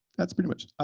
that's pretty much